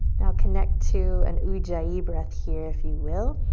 now connect to an ujjayi breath here, if you will.